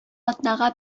атнага